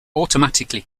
automatically